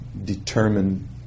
determine